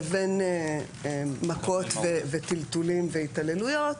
לבין מכות וטלטולים והתעללויות.